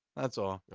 that's all.